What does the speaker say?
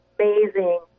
amazing